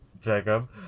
Jacob